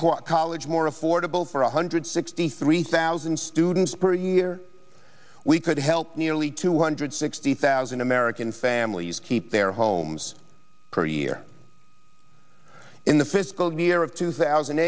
college more affordable for one hundred sixty three thousand students per year we could help nearly two hundred sixty thousand american families keep their homes per year in the fiscal near of two thousand